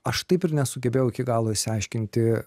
aš taip ir nesugebėjau iki galo išsiaiškinti